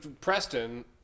Preston